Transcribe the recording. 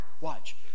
watch